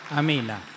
amina